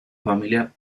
familia